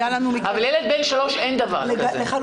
אצל ילד בן 3 אין דבר כזה.